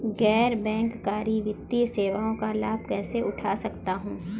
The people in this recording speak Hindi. गैर बैंककारी वित्तीय सेवाओं का लाभ कैसे उठा सकता हूँ?